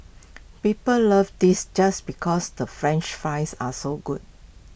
people love this just because the French fries are so good